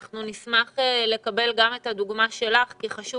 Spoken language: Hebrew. אנחנו נשמח לקבל גם את הדוגמה שלך כי חשוב